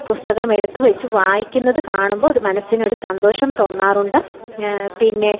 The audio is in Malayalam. പുസ്തകം എടുത്തുവെച്ച് വായിക്കുന്നത് കാണുമ്പോൾ ഒരു മനസ്സിനൊരു സന്തോഷം തോന്നാറുണ്ട് പിന്നെ